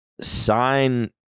sign